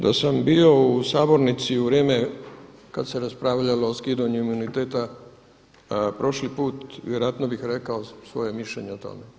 Da sam bio u sabornici u vrijeme kad se raspravljalo o skidanju imuniteta prošli put vjerojatno bih rekao svoje mišljenje o tome.